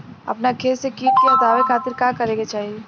अपना खेत से कीट के हतावे खातिर का करे के चाही?